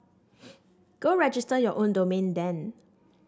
go register your own domain then